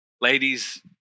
Ladies